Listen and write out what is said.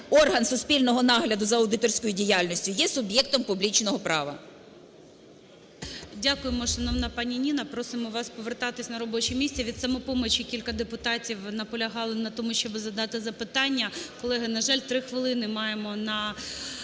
орган суспільного нагляду за аудиторською діяльністю є суб'єктом публічного права.